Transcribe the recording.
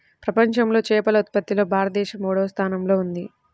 ప్రపంచంలో చేపల ఉత్పత్తిలో భారతదేశం మూడవ స్థానంలో ఉంది